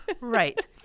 Right